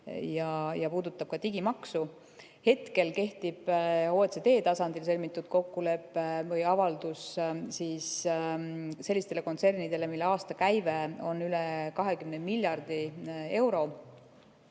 ja puudutab ka digimaksu. Hetkel kehtib OECD tasandil sõlmitud kokkulepe või avaldus sellistele kontsernidele, mille aastakäive on üle 20 miljardi euro,